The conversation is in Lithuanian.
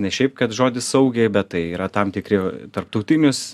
ne šiaip kad žodis saugiai bet tai yra tam tikri tarptautinius